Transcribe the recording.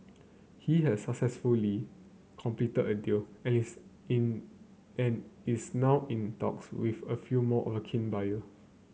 he has successfully completed a deal and is it and is now in talks with a few more keen buyers